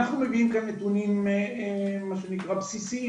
אנחנו מביאים כאן נתונים מה שנקרא בסיסיים,